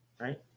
right